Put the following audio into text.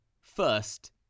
first